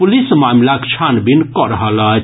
police मामिलाक छानबीन कऽ रहल अछि